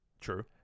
True